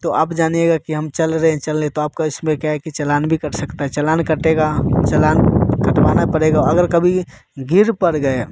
तो आप जान जाएं की हम चल रहे हैं चल रहे हैं तो आपका इसमें क्या है कि चालान भी कट सकता है चालान भी कटेगा चालान कटवाना पड़ेगा अगर कभी गिर पड़ गए